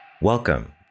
Welcome